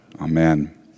Amen